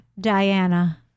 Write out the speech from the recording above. Diana